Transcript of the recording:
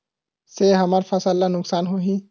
से हमर फसल ला नुकसान होही?